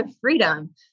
freedom